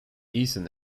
ethan